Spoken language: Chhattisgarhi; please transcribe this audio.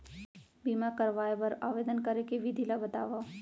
बीमा करवाय बर आवेदन करे के विधि ल बतावव?